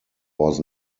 was